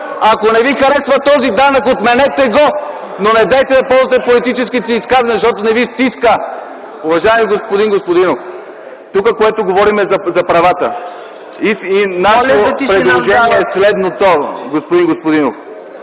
Ако не ви харесва този данък, отменете го, но недейте да го ползвате в политическите си изказвания, защото не ви стиска. Уважаеми господин Господинов, говорим за правата. Нашето предложение е следното, господин Господинов